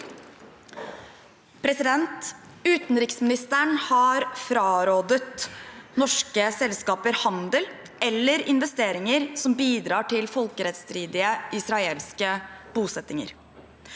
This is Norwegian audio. «Uten- riksministeren har frarådet norske selskaper handel eller investeringer som bidrar til folkerettsstridige israelske bosettinger.